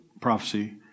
prophecy